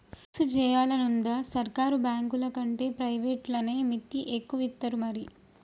fix జేయాలనుందా, సర్కారు బాంకులకంటే ప్రైవేట్లనే మిత్తి ఎక్కువిత్తరు మరి